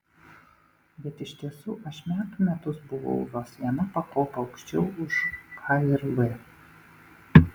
bet iš tiesų aš metų metus buvau vos viena pakopa aukščiau už k ir v